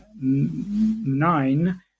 nine